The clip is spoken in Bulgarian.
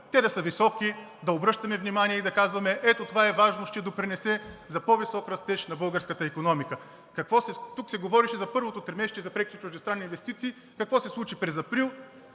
Те да са високи, да обръщаме внимание и да казваме: ето, това е важно, ще допринесе за по-висок растеж на българската икономика. Тук се говореше за първото тримесечие за преки чуждестранни инвестиции и какво се случи през месец